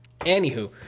Anywho